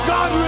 God